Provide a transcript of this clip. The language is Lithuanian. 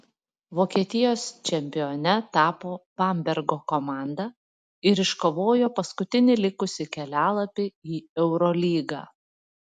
vokietijos čempione tapo bambergo komanda ir iškovojo paskutinį likusį kelialapį į eurolygą